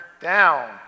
down